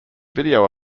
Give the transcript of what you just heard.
video